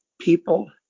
people